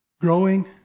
growing